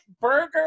burger